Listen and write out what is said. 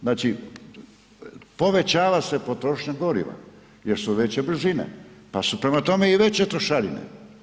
Znači povećava se potrošnja goriva jer su veće brzine pa su prema tome i veće trošarine.